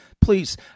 please